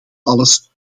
alles